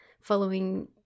following